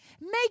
Make